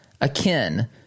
Akin